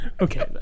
Okay